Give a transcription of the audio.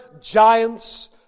giants